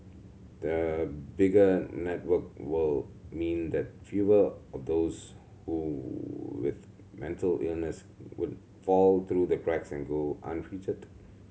the bigger network will mean that fewer of those who with mental illness would fall through the cracks and go untreated